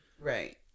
Right